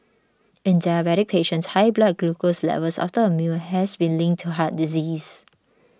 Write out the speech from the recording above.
in diabetic patients high blood glucose levels after a meal has been linked to heart disease